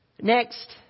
Next